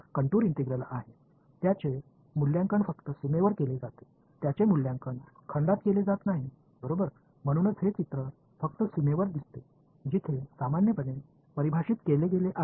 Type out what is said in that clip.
எனவே இது பொதுவாக வரையறுக்கப்பட்டுள்ள எல்லையில் மட்டுமே படத்தில் வருகிறது